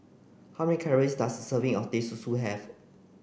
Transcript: how many calories does a serving of Teh Susu have